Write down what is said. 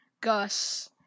Gus